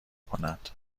کند